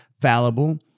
fallible